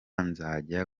nzajya